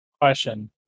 Question